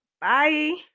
bye